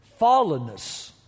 fallenness